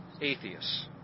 atheists